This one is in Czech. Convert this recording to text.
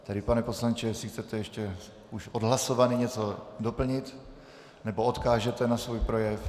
Tedy pane poslanče, jestli chcete ještě už odhlasovaný něco doplnit, nebo odkážete na svůj projev?